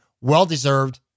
well-deserved